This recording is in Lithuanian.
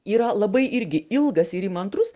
yra labai irgi ilgas ir įmantrus